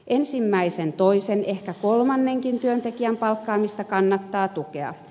ensimmäisen toisen ehkä kolmannenkin työntekijän palkkaamista kannattaa tukea